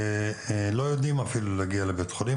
שלא יודעים אפילו להגיע לבית חולים